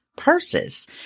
purses